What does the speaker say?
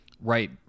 right